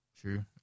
True